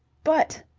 but.